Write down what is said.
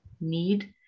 need